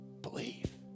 Believe